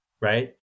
right